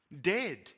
dead